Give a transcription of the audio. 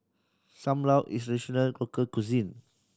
Sam Lau is a traditional local cuisine